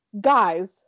guys